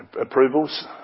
Approvals